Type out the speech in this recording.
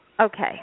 Okay